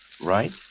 Right